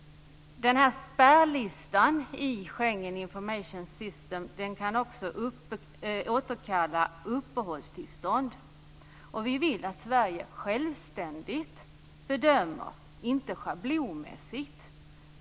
Den här spärrlistan i Schengens informationssystem gör att man också kan återkalla uppehållstillstånd. Vi vill att Sverige bedömer självständigt, inte schablonmässigt.